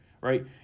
right